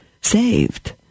saved